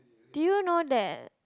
do you know that